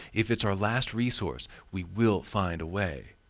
if it's our last resource, we will find a way.